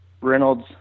reynolds